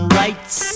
rights